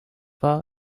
war